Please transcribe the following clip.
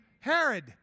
Herod